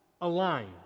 align